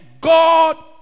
God